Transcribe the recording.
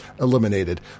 eliminated